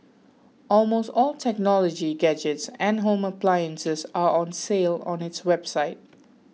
almost all technology gadgets and home appliances are on sale on its website